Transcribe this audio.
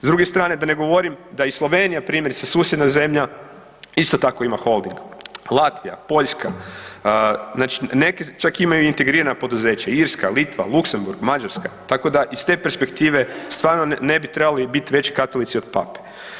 S druge strane da ne govorim da i Slovenija primjerice susjedna zemlja isto tako ima holding, Latvija, Poljska, znači neke čak imaju i integrirana poduzeća Irska, Litva, Luksemburg, Mađarska, tako da iz te perspektive stvarno ne bi trebali bit veći katolici od pape.